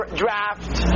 draft